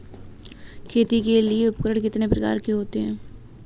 खेती के लिए उपकरण कितने प्रकार के होते हैं?